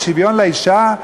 על שוויון לאישה?